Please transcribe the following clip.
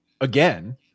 again